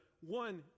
one